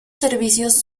servicios